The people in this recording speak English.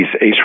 ACE